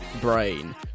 brain